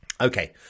Okay